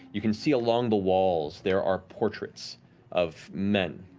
you can see along the walls there are portraits of men,